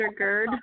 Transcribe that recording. undergird